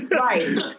Right